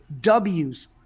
W's